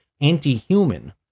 anti-human